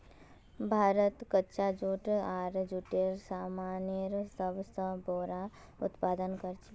भारत कच्चा जूट आर जूटेर सामानेर सब स बोरो उत्पादक छिके